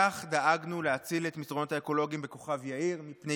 כך דאגנו להציל את המסדרונות האקולוגיים בכוכב יאיר מפני